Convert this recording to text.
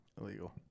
illegal